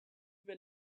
been